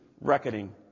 reckoning